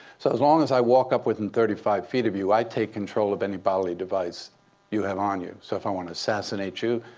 so as long as i walk up within thirty five feet of you, i take control of any bodily device you have on you. so if i want to assassinate you,